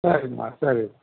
சரிம்மா சரி